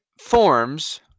forms